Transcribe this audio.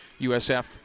USF